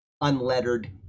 unlettered